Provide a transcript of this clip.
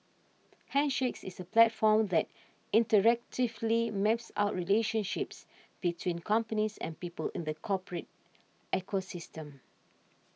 handshakes is a platform that interactively maps out relationships between companies and people in the corporate ecosystem